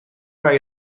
kan